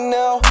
now